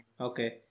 Okay